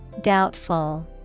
Doubtful